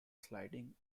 sliding